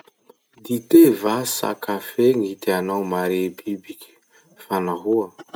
Dite va sa kafe gny tianao mare bibiky? Fa nahoa?